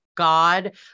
God